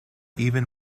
even